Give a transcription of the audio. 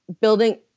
Building